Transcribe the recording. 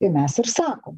ir mes ir sakom